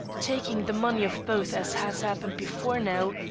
taking the money of both as has happened before now,